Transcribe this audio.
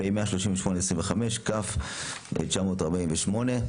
פ/138/25, כ/948.